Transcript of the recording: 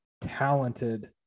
talented